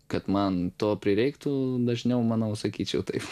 kad man to prireiktų dažniau manau sakyčiau taip